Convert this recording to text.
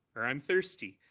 or i'm thirsty,